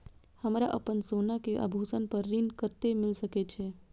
हमरा अपन सोना के आभूषण पर ऋण कते मिल सके छे?